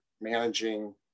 managing